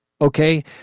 okay